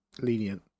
lenient